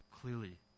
clearly